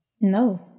No